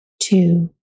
Two